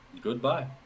Goodbye